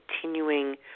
continuing